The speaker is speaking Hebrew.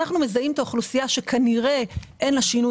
אנחנו מזהים את האוכלוסייה שכנראה אין לה שינוי